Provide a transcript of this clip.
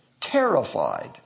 terrified